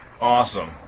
Awesome